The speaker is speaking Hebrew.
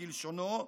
כלשונו,